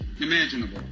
imaginable